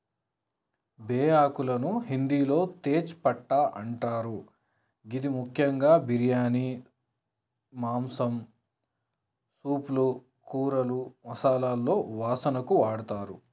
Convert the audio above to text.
బేఆకులను హిందిలో తేజ్ పట్టా అంటరు గిది ముఖ్యంగా బిర్యానీ, సూప్లు, మాంసం, కూరలు, సాస్లలో వాసనకు వాడతరు